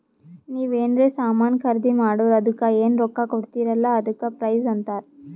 ನೀವ್ ಎನ್ರೆ ಸಾಮಾನ್ ಖರ್ದಿ ಮಾಡುರ್ ಅದುಕ್ಕ ಎನ್ ರೊಕ್ಕಾ ಕೊಡ್ತೀರಿ ಅಲ್ಲಾ ಅದಕ್ಕ ಪ್ರೈಸ್ ಅಂತಾರ್